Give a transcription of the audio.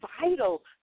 vital